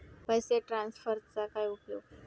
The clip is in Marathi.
पैसे ट्रान्सफरचा काय उपयोग?